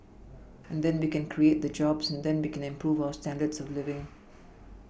and then we can create the jobs and then we can improve our standards of living